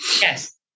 yes